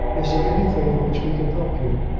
is it anything in which we can help you?